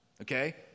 Okay